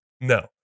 No